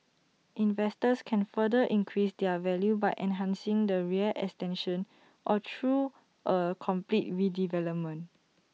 investors can further increase their value by enhancing the rear extension or through A complete redevelopment